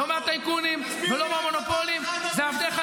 לא מפחד מהטייקונים ולא מהמונופולים -- כל הכבוד.